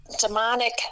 demonic